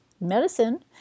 medicine